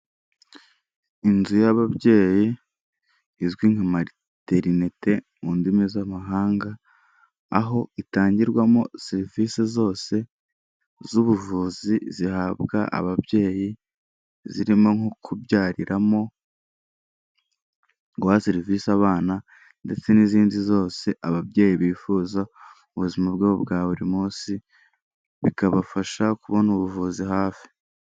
Inzu y'ababyeyi izwi nka materinite mu ndimi z'amahanga ,aho itangirwamo serivisi zose z'ubuvuzi zihabwa ababyeyi, zirimo nko kubyariramo, guha serivisi abana ndetse n'izindi zose ababyeyi bifuza mu buzima bwabo bwa buri munsi, bikabafasha kubona ubuvuzi hafi.